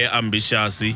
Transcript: ambitious